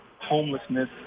homelessness